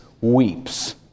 weeps